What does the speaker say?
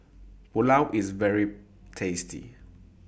Pulao IS very tasty